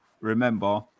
remember